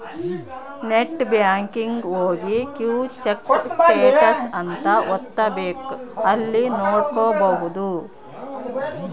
net banking ಹೋಗಿ view check status ಅಂತ ಒತ್ತಬೆಕ್ ಅಲ್ಲಿ ನೋಡ್ಕೊಬಹುದು